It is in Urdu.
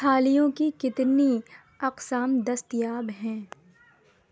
تھالیوں کی کتنی اقسام دستیاب ہیں